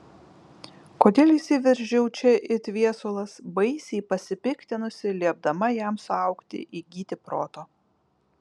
kodėl įsiveržiau čia it viesulas baisiai pasipiktinusi liepdama jam suaugti įgyti proto